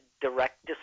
direct